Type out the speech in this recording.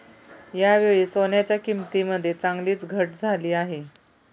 यावेळी सोन्याच्या किंमतीमध्ये चांगलीच घट झाली आहे